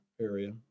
area